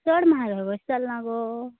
चड म्हारग अशें जालें ना गो